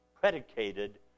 predicated